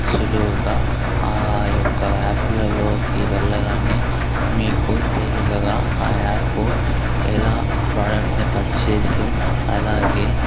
సులువుగా ఆ యొక్క యాప్లలోకి వెళ్ళగానే మీకు తేలికగా ఆ యాపు ఎలా ప్రోడక్ట్ని పర్చేస్ అలాగే